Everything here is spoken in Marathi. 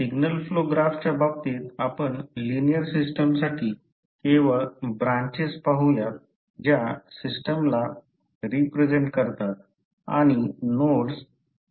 सिग्नल फ्लो ग्राफच्या बाबतीत आपण लिनिअर सिस्टमसाठी केवळ ब्रांचेस पाहुयात ज्या सिस्टमला रिप्रेझेंट करतात आणि नोडस् जे कि सिग्नल्स दर्शवितात